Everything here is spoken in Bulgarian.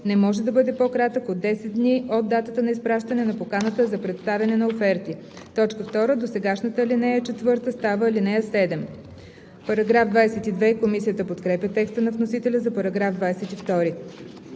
не може да бъде по-кратък от 10 дни от датата на изпращане на поканата за представяне на оферти.“ 2. Досегашната ал. 4 става ал. 7.“ Комисията подкрепя текста на вносителя за § 22.